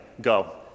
Go